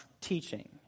teaching